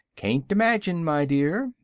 can't imagine, my dear,